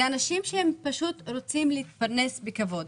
אלה אנשים שפשוט רוצים להתפרנס בכבוד.